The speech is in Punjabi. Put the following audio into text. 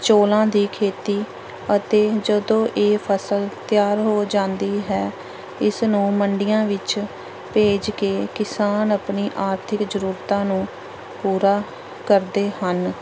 ਚੌਲਾਂ ਦੀ ਖੇਤੀ ਅਤੇ ਜਦੋਂ ਇਹ ਫ਼ਸਲ ਤਿਆਰ ਹੋ ਜਾਂਦੀ ਹੈ ਇਸ ਨੂੰ ਮੰਡੀਆਂ ਵਿੱਚ ਭੇਜ ਕੇ ਕਿਸਾਨ ਆਪਣੀ ਆਰਥਿਕ ਜ਼ਰੂਰਤਾਂ ਨੂੰ ਪੂਰਾ ਕਰਦੇ ਹਨ